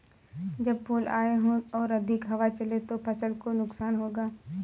जब फूल आए हों और अधिक हवा चले तो फसल को नुकसान होगा?